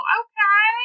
okay